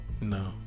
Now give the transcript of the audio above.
No